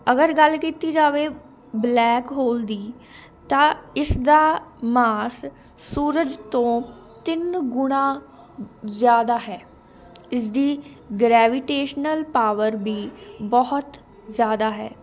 ਅਗਰ ਗੱਲ ਕੀਤੀ ਜਾਵੇ ਬਲੈਕ ਹੋਲ ਦੀ ਤਾਂ ਇਸਦਾ ਮਾਸ ਸੂਰਜ ਤੋਂ ਤਿੰਨ ਗੁਣਾ ਜ਼ਿਆਦਾ ਹੈ ਇਸ ਦੀ ਗਰੈਵੀਟੇਸ਼ਨਲ ਪਾਵਰ ਵੀ ਬਹੁਤ ਜ਼ਿਆਦਾ ਹੈ